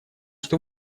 что